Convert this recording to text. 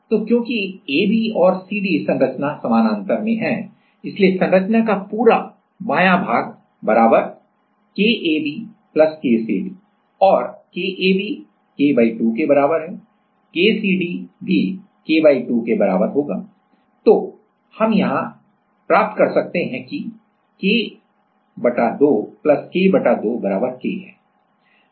तो क्योंकि AB और CD संरचना समानांतर में है इसलिए संरचना का पूरा बायां भाग बराबर KAB KCD और KAB K 2 के बराबर है KCD भी K 2 होगा और तो यहाँ हम प्राप्त कर सकते हैं कि K 2 K 2 K है